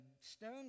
stone